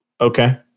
okay